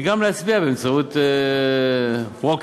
וגם להצביע באמצעות פרוקסי,